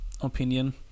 opinion